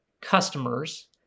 customers